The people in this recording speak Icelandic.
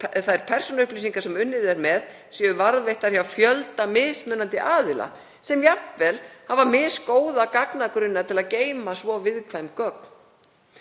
ef þær persónuupplýsingar sem unnið er með eru varðveittar hjá fjölda mismunandi aðila sem jafnvel hafa misgóða gagnagrunna til að geyma svo viðkvæm gögn.